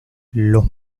los